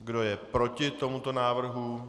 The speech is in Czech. Kdo je proti tomuto návrhu?